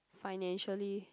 financially